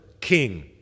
king